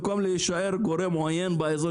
במקום להישאר גורם עוין באזור,